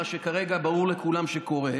מה שכרגע ברור לכולם שקורה,